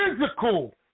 physical